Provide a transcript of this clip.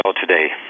today